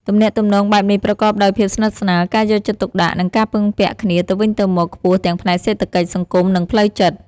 ទំនាក់ទំនងបែបនេះប្រកបដោយភាពស្និទ្ធស្នាល ការយកចិត្តទុកដាក់ និងការពឹងពាក់គ្នាទៅវិញទៅមកខ្ពស់ទាំងផ្នែកសេដ្ឋកិច្ច សង្គម និងផ្លូវចិត្ត។